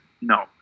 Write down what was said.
No